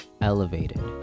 elevated